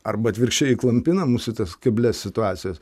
arba atvirkščiai įklampina mus į tas keblias situacijas